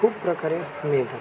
खूप प्रकारे मिळतात